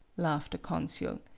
laughed the consul.